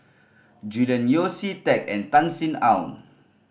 Julian Yeo See Teck and Tan Sin Aun